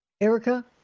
Erica